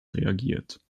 reagiert